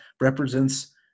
represents